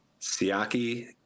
Siaki